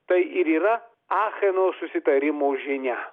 tai ir yra acheno susitarimų žinia